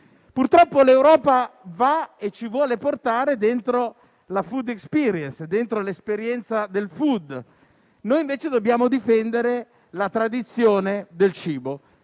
Purtroppo l'Europa procede e ci vuole portare dentro la *food experience*, dentro l'esperienza del *food*. Noi invece dobbiamo difendere la tradizione del cibo: